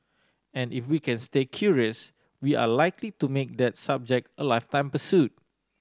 and if we can stay curious we are likely to make that subject a lifetime pursuit